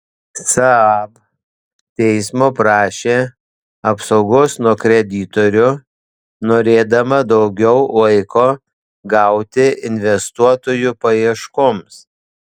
saab teismo prašė apsaugos nuo kreditorių norėdama daugiau laiko gauti investuotojų paieškoms